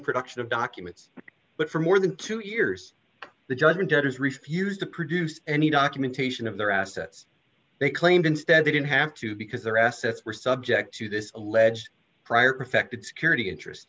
production of documents but for more than two years the judgment debtors refused to produce any documentation of their assets they claimed instead they didn't have to because their assets were subject to this alleged prior affected security interest